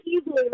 easily